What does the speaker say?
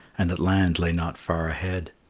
and that land lay not far ahead.